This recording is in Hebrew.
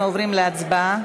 אנחנו עוברים להצבעה.